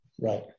Right